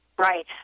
Right